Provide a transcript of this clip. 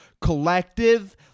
collective